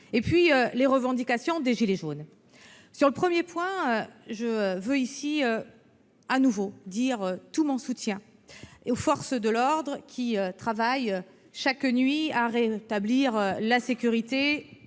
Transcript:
des revendications des « gilets jaunes ». Sur le premier point, je veux ici de nouveau dire tout mon soutien aux forces de l'ordre, qui travaillent chaque nuit à rétablir la sécurité